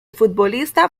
futbolista